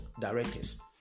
directors